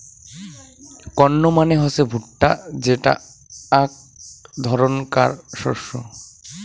corn মানে হসে ভুট্টা যেটা আক ধরণকার শস্য